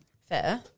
Fair